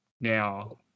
Now